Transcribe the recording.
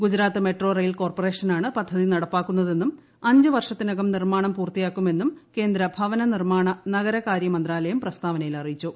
Gujarat metro rail കോർപ്പറേഷനാണ് പദ്ധതി നടപ്പാക്കുന്നതെന്നും അഞ്ച് വർഷത്തിനകം നിർമ്മാണം പൂർത്തിയാക്കുമെന്നും കേന്ദ്ര ഭവനനിർമ്മാണ നഗരകാര്യ മന്ത്രാലയം പ്രസ്താവനയിൽ അറിയിച്ചു